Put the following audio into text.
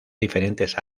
diferentes